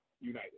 united